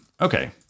Okay